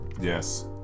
Yes